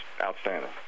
outstanding